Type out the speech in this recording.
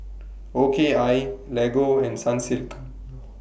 O K I Lego and Sunsilk